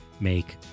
make